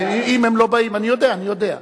אם הם לא באים, אני יודע, אני יודע.